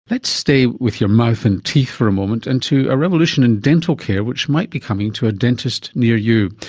let's stay with your mouth and teeth for a moment and to a revolution in dental care which might be coming to a dentist near you.